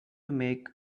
make